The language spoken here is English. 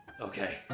Okay